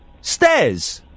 Stairs